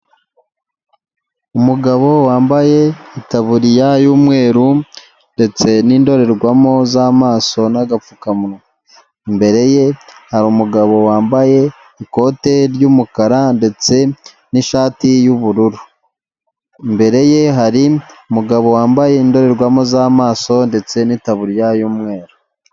Umugabo wambaye Itaburiya y'umweru ndetse n'indorerwamo z'amaso n'agapfukamunwa. Imbere ye hari umugabo wambaye ikote ry'umukara ndetse n'ishati y'ubururu. Imbere ye hari umugabo wambaye indorerwamo z'amaso ndetse n'itaburiya y'umweru.